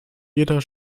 jeder